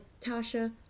Tasha